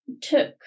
took